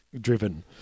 driven